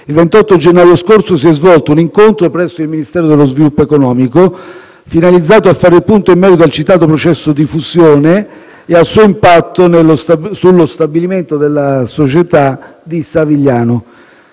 il 28 gennaio scorso si è svolto un incontro presso il Ministero dello sviluppo economico finalizzato a fare il punto in merito al citato processo di fusione e al suo impatto sullo stabilimento della società di Savigliano.